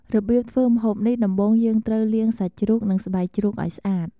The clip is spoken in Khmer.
របៀបធ្វើម្ហូបនេះដំបូងយើងត្រូវ លាងសាច់ជ្រូក និងស្បែកជ្រូកឱ្យស្អាត។